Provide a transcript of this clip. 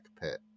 pit